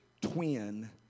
twin